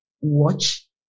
watch